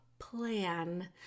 Plan